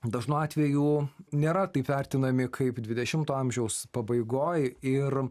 dažnu atveju nėra taip vertinami kaip dvidešimto amžiaus pabaigoj ir